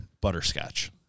butterscotch